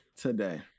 today